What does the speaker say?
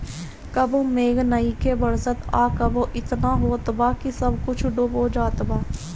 कबो मेघ नइखे बरसत आ कबो एतना होत बा कि सब कुछो डूब जात बा